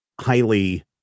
highly